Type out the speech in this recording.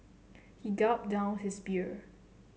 he gulped down his beer